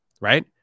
Right